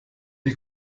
die